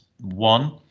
One